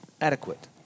adequate